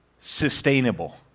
sustainable